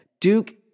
Duke